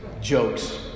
jokes